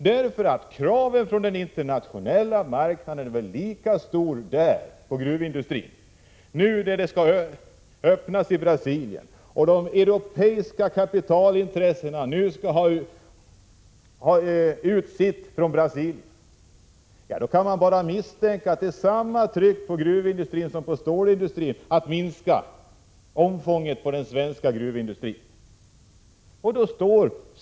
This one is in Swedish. Trycket från den internationella marknaden är lika stort på gruvindustrin som på stålindustrin, när de europeiska kapitalintressena nu skall ta ut sina vinster från Brasilien. Det blir då samma tryck på den svenska gruvindustrin som på stålindustrin att minska sin produktion.